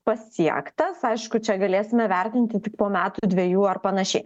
pasiektas aišku čia galėsime vertinti tik po metų dvejų ar panašiai